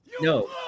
No